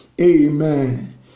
Amen